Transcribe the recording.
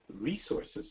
resources